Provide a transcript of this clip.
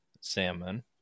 salmon